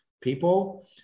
People